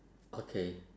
okay